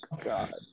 God